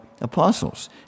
Apostles